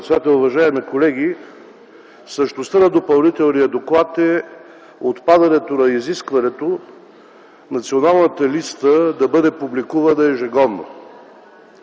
председател, уважаеми колеги! Същността на Допълнителния доклад е отпадането на изискването Националната листа да бъде публикувана ежегодно.